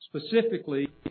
specifically